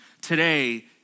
today